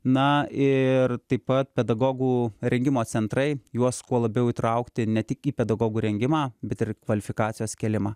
na ir taip pat pedagogų rengimo centrai juos kuo labiau įtraukti ne tik į pedagogų rengimą bet ir kvalifikacijos kėlimą